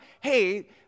hey